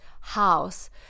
house